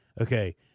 okay